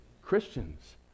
Christians